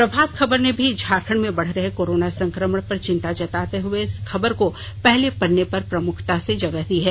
प्रभात खबर ने भी झारखंड में बढ़ रहे कोरोना संकमण पर चिंता जताते हुए खबर को पहले पन्ने पर प्रमुखता से जगह दी है